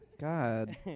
God